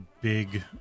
big